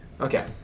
Okay